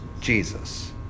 Jesus